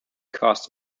cost